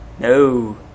No